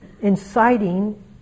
inciting